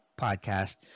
podcast